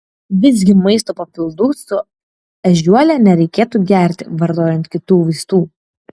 visgi maisto papildų su ežiuole nereikėtų gerti vartojant kitų vaistų